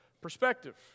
perspective